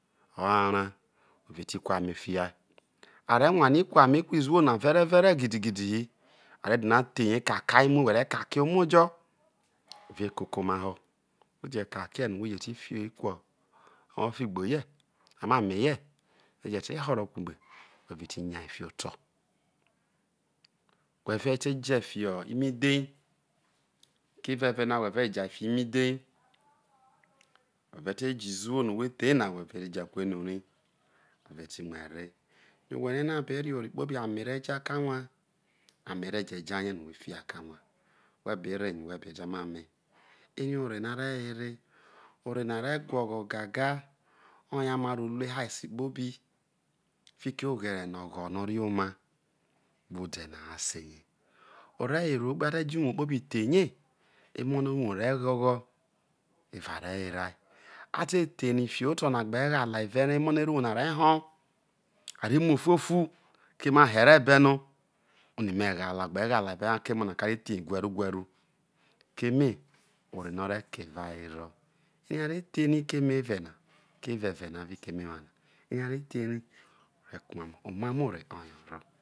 Or arao whe ve ti ama kuai are wani ku ane gho izuwona uereuere gidigidi hi are dina the kakao omoghere kakie omojo ove koko oma ho whe je tekakie no whe jeti fie ku ofigbohie amame hie eje te horo kugbe whe ve ti yai fiho oto whe ve teye fiho imidhe koyeho eveve na whe ve te jeni aho iredhe whe ve te je izuwo no whe the na fibo ehu ral whe ve timuho ere yo whe ne no ate beve ore kpobi amere ko akawa amereje jarie no whe fiho akawa whe bere yowere berda amemereve ore nare were ore na re guogho gaga oye ama roru ehaa esikpobi fiki oghere no ogho na orie oma gbe ode no a sere ore were no who te jo uwo thei emo no ero uwor re ghoghoi eva re were ai ate thei rea fibo oto no a gbe gha he vere ha emo no arro uwor nare hoo a re mo ofuofu keme a here beno ko oni megh ghale ko a ghale ha emo na re thihi uvevu keme ore no ore ke evawero ere are thei rai emeve na keveve na kemenwu ere a re thei reai